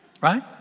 Right